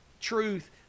truth